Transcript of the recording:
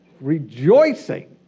rejoicing